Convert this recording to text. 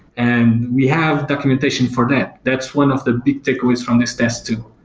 and we have documentation for that. that's one of the big takeaways from this test too.